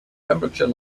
pembrokeshire